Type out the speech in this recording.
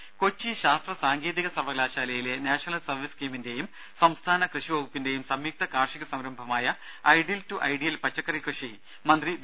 രുമ ശാസ്ത്ര സാങ്കേതിക സർവകലാശാലയിലെ കൊച്ചി നാഷണൽ സർവീസ് സ്കീമിന്റേയും സംസ്ഥാന കൃഷി വകുപ്പിന്റേയും സംയുക്ത കാർഷിക സംരംഭമായ ഐഡിൽ ടു ഐഡിയൽ പച്ചക്കറി കൃഷി മന്ത്രി വി